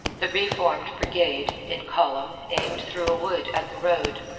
the reformed brigade, in column, aimed through a wood at the road.